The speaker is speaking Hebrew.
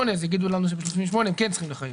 אז יגידו לנו שבסעיף 38 הם כן צריכים לחייב.